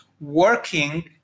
working